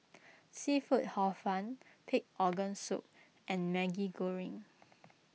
Seafood Hor Fun Pig Organ Soup and Maggi Goreng